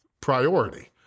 Priority